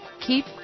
Keep